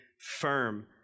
firm